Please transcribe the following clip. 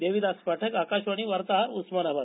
देविदास पाठक आकाशवाणी वार्ताहार उस्मानाबाद